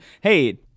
hey